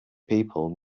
people